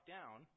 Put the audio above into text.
Down